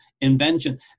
invention